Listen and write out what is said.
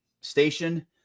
station